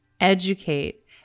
educate